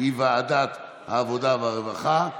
היא ועדת העבודה והרווחה.